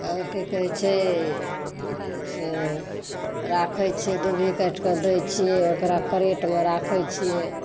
अँ की कहै छै राखै छियै दुभी काटि कऽ दै छियै ओकरा करैट मे राखै छियै